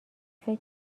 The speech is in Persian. فکر